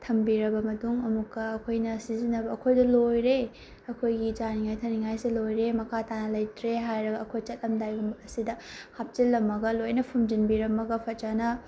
ꯊꯝꯕꯤꯔꯕ ꯃꯇꯨꯡ ꯑꯃꯨꯛꯀ ꯑꯩꯈꯣꯏꯅ ꯁꯤꯖꯤꯟꯅꯕ ꯑꯩꯈꯣꯏꯗ ꯂꯣꯏꯔꯦ ꯑꯩꯈꯣꯏꯒꯤ ꯆꯥꯅꯤꯡꯉꯥꯏ ꯊꯛꯅꯤꯡꯉꯥꯏꯁꯦ ꯂꯣꯏꯔꯦ ꯃꯈꯥꯇꯥꯅ ꯂꯩꯇ꯭ꯔꯦ ꯍꯥꯏꯔ ꯑꯩꯈꯣꯏ ꯆꯠꯂꯝꯗꯥꯏꯒꯤ ꯃꯇꯝ ꯑꯁꯤꯗ ꯍꯥꯞꯆꯤꯜꯂꯝꯃꯒ ꯂꯣꯏꯅ ꯐꯨꯝꯖꯤꯟꯕꯤꯔꯝꯃꯒ ꯐꯖꯅ